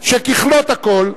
שככלות הכול,